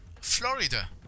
Florida